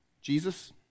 jesus